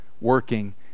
working